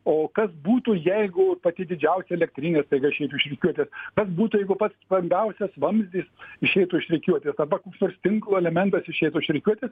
o kas būtų jeigu pati didžiausia elektrinė staiga išeitų iš rikiuotės kas būtų jeigu pats stambiausias vamzdis išeitų iš rikiuotės arba koks nors tinklo elementas išeitų iš rikiuotės